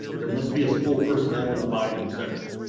there must be a school personnel in the by whom section.